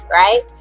right